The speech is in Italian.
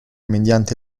mediante